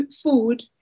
food